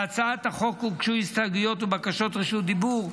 להצעת החוק הוגשו הסתייגויות ובקשות רשות דיבור.